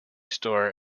store